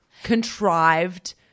contrived